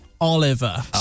Oliver